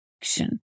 action